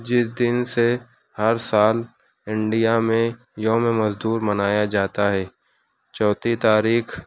جس دن سے ہر سال انڈیا میں یوم مزدور منایا جاتا ہے چوتھی تاریخ